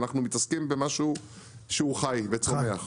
אנחנו מתעסקים במשהו שהוא חי וצומח.